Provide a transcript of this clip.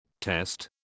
test